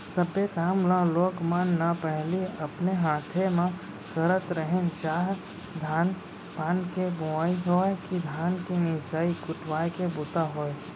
सब्बे काम ल लोग मन न पहिली अपने हाथे म करत रहिन चाह धान पान के बोवई होवय कि धान के मिसाय कुटवाय के बूता होय